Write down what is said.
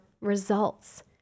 results